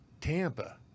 Tampa